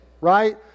right